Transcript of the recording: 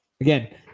again